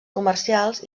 comercials